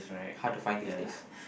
hard to find these days